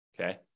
okay